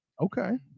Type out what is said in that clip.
Okay